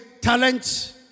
talents